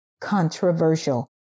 controversial